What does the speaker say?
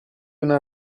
una